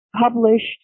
published